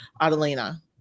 Adelina